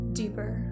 deeper